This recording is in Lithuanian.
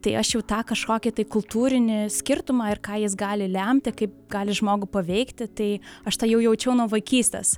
tai aš jau tą kažkokį tai kultūrinį skirtumą ir ką jis gali lemti kaip gali žmogų paveikti tai aš tą jau jaučiau nuo vaikystės